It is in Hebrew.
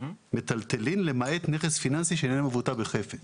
"מיטלטלין - למעט נכס פיננסי שאיננו מבוטא בחפץ".